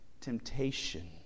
temptation